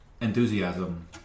enthusiasm